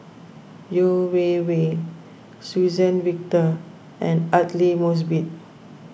Yeo Wei Wei Suzann Victor and Aidli Mosbit